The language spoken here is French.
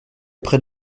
près